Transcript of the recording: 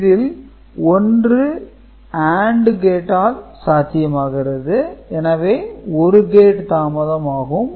இதில் ஒன்று AND கேட்டால் சாத்தியமாகிறது எனவே ஒரு கேட் தாமதம் ஆகும்